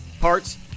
parts